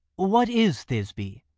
what is thisby?